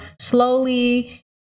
slowly